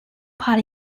part